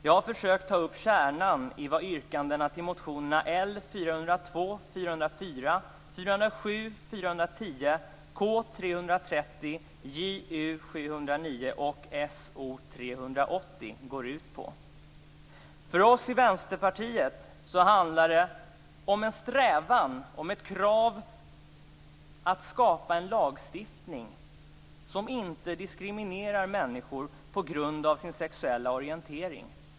Jag har försökt ta upp kärnan i vad yrkandena till motionerna L402, L404, L407, L410, K330, Ju709 och So380 går ut på. För oss i Vänsterpartiet handlar det om en strävan och ett krav att skapa en lagstiftning som inte diskriminerar människor på grund av deras sexuella orientering.